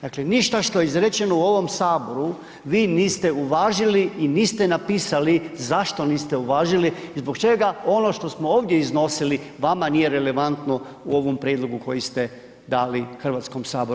Dakle ništa što je izrečeno u ovom Saboru vi niste uvažili i niste napisali zašto niste uvažili i zbog čega ono što smo ovdje iznosili vama nije relevantno u ovom prijedlogu koji ste dali Hrvatskom saboru.